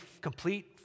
complete